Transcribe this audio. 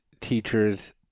teachers